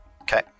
Okay